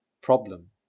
problem